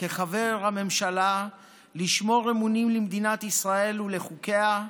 כחבר הממשלה לשמור אמונים למדינת ישראל ולחוקיה,